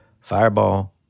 fireball